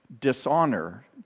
dishonor